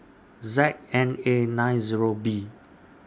Z N A nine Zero B